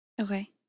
Okay